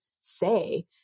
say